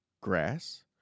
Grass